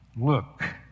look